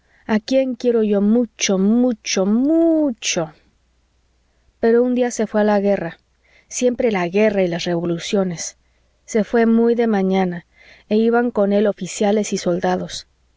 a quién quiero yo mucho mucho mu cho pero un día se fué a la guerra siempre la guerra y las revoluciones se fué muy de mañana e iban con él oficiales y soldados